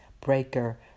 Breaker